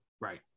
Right